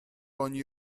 ogni